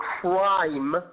crime